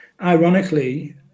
ironically